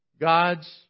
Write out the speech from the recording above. God's